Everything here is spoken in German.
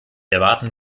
erwarten